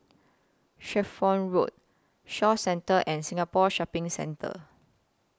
Shelford Road Shaw Centre and Singapore Shopping Centre